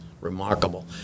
remarkable